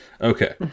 okay